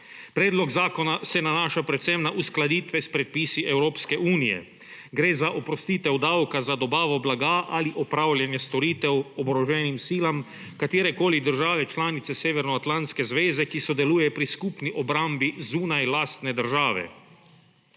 Predlog zakona se nanaša predvsem na uskladitve s predpisi Evropske unije. Gre za oprostitev davka za dobavo blaga ali opravljanje storitev oboroženim silam katerekoli države članice Severnoatlantske zveze, ki sodeluje pri skupni obrambi zunaj lastne države.